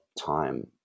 time